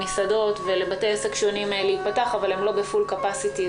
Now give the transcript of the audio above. למסעדות ולבתי עסק שונים להיפתח אבל הם לא בפול קפסיטי,